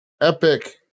Epic